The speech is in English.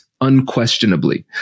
unquestionably